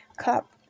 cup